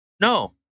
No